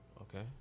Okay